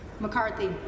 McCarthy